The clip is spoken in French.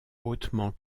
hautement